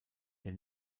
der